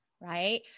right